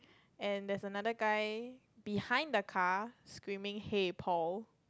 and there's another guy behind the car screaming hey Paul